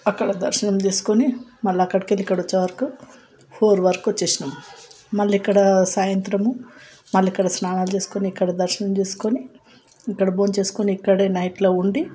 అక్కడ దర్శనం చేసుకొని మళ్ళా అక్కడికి వెళ్ళి ఇక్కడ వచ్చే వరకు ఫోర్ వరకు వచ్చినాం మళ్ళీ ఇక్కడ సాయంత్రం మళ్ళీ ఇక్కడ స్నానాలు చేసుకొని ఇక్కడ దర్శనం చేసుకొని ఇక్కడ భోంచేసుకొని ఇక్కడే నైట్లో ఉండి